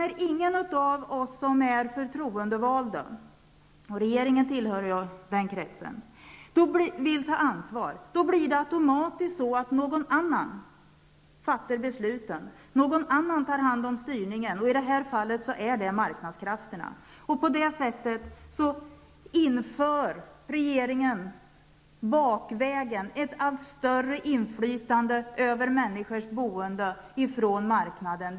När ingen av oss som är förtroendevalda -- regeringen tillhör ju den kretsen -- vill ta ansvar, blir det automatiskt så att någon annan fattar besluten. Någon annan tar hand om styrningen. I detta fall är det marknadskrafterna. På det sättet inför regeringen bakvägen ett allt större inflytande för marknaden över människors boende.